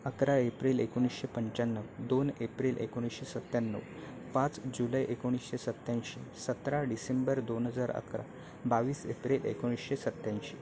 अकरा एप्रिल एकोणीशे पंचाण्णव दोन एप्रिल एकोणीशे सत्त्याण्णव पाच जुलै एकोणीशे सत्त्याऐंशी सतरा डिसेंबर दोन हजार अकरा बावीस एप्रिल एकोणीसशे सत्त्याऐंशी